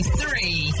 three